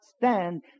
stand